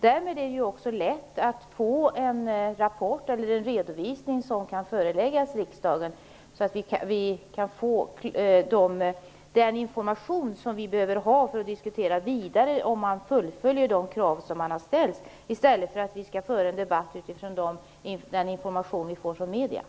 Därmed är det också lätt att sammanställa en rapport eller en redovisning som kan föreläggas riksdagen, så att vi kan få den information som vi behöver ha för att diskutera vidare om de krav som har ställts fullföljs, i stället för att vi skall föra en debatt utifrån den information som vi får från medierna.